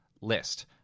list